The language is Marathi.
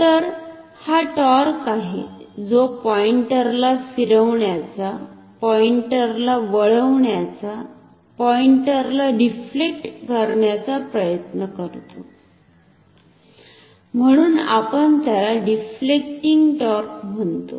तर हा टॉर्क आहे जो पॉईंटर फिरवण्याचा पॉईंटर वळवण्याचा पॉईंटरला डिफ्लेक्ट करण्याचा प्रयत्न करतो म्हणून आपण त्याला डिफ्लेक्टीव्ह टॉर्क म्हणतो